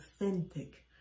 authentic